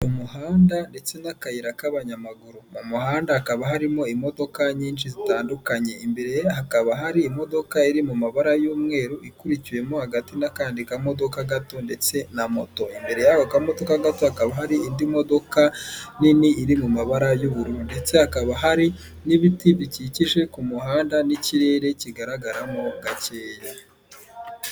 Mu muhanda ndetse n'akayira k'abanyamaguru, mu muhanda hakaba harimo imodoka nyinshi zitandukanye, imbere hakaba hari imodoka iri mu mabara y'umweru ikurikiwemo hagati n'akandi kamodoka gato ndetse na moto, imbere y'ako kamodoka gato hakaba hari indi modoka nini iri mu mabara y'ubururu ndetse hakaba hari n'ibiti bikikije ku muhanda n'ikirere kigaragaramo gakeya.